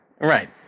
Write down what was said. Right